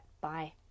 Bye